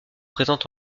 présente